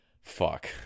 fuck